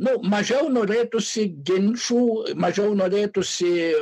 nu mažiau norėtųsi ginčų mažiau norėtųsi